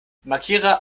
markiere